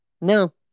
No